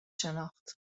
شناخت